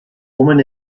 woman